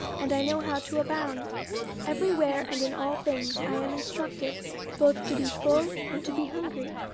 and i know how to abound every where and in all things i am instructed both to be full and to be hungry,